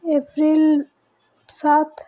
April ସାତ